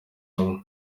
ubuhamya